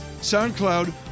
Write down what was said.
SoundCloud